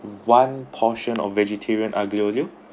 one portion of vegetarian aglio olio